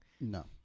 no